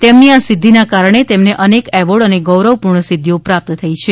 તેમની આ સિધ્ધિના કારણે તેમને અનેક એવોર્ડ અને ગૌરવપૂર્ણ સિધ્ધિઓ પ્રાપ્ત થઇ છે